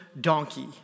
donkey